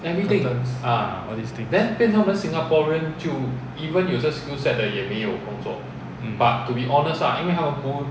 curtains all these things mm